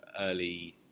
early